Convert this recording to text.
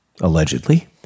allegedly